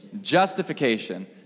Justification